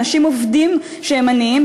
אנשים עובדים שהם עניים,